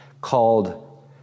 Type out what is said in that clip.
called